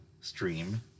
stream